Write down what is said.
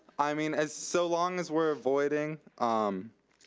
i mean, as so long as we're avoiding um